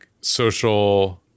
social